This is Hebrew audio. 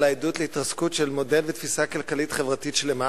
אלא עדות להתרסקות של מודל ותפיסה כלכלית חברתית שלמה.